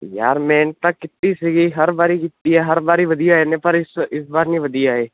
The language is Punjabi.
ਯਾਰ ਮਿਹਨਤ ਤਾਂ ਕੀਤੀ ਸੀਗੀ ਹਰ ਵਾਰੀ ਕੀਤੀ ਆ ਹਰ ਵਾਰੀ ਵਧੀਆ ਇਹਨੇ ਪਰ ਇਸ ਇਸ ਵਾਰ ਨਹੀਂ ਵਧੀਆ ਆਏ